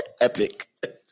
epic